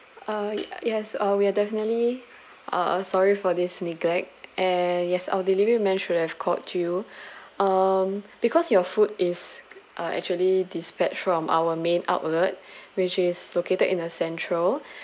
uh yes uh we're definitely uh sorry for this neglect and yes our delivery men should have called you um because your food is uh actually dispatch from our main outlet which is located in a central